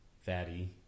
Fatty